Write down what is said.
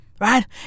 right